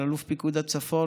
של אלוף פיקוד הצפון,